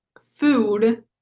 food